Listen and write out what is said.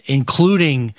including